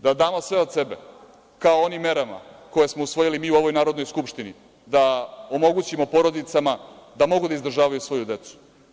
Da damo sve od sebe, kao onim merama koje smo usvojili mi u ovoj Narodnoj skupštini, da omogućimo porodicama da mogu da izdržavaju svoju decu.